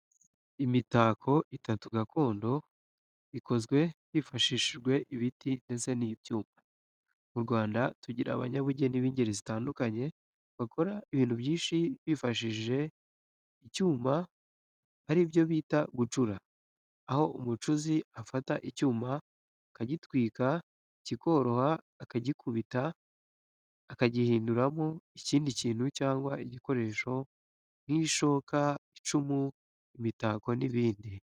Imitako itatu gakondo ikozwe hifashishijwe ibiti ndetse n'ibyuma. Mu Rwanda tugira abanyabugeni b'ingeri zitandukanye bakora ibintu byinshi bifashishije icyuma ari byo bita gucura, aho umucuzi afata icyuma akagitwika kikoroha, akagikubita akagihinduramo ikindi kintu cyangwa igikoresho nk'ishoka, icumu, imitako n'ibindi.